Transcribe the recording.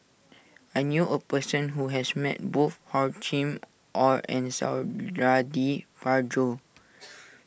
I knew a person who has met both Hor Chim or and Suradi Parjo